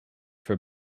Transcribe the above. for